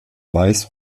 weiß